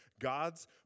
God's